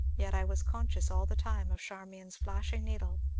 yet i was conscious, all the time, of charmian's flashing needle,